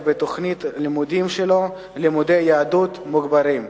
בתוכנית הלימודים שלו לימודי יהדות מוגברים.